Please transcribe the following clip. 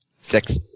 six